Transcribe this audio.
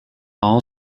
all